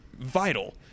vital